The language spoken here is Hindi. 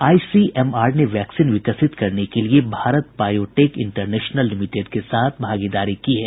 आई सी एम आर ने वैक्सीन विकसित करने के लिए भारत बायोटेक इंटरनेशनल लिमिटेड के साथ भागीदारी की है